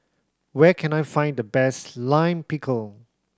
where can I find the best Lime Pickle